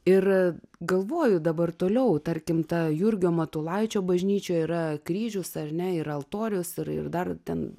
ir galvoju dabar toliau tarkim ta jurgio matulaičio bažnyčioje yra kryžius ar ne ir altoriaus ir ir dar ten